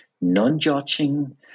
non-judging